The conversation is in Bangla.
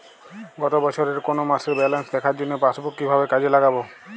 গত বছরের কোনো মাসের ব্যালেন্স দেখার জন্য পাসবুক কীভাবে কাজে লাগাব?